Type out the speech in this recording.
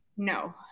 No